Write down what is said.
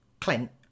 Clint